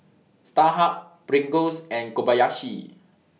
Starhub Pringles and Kobayashi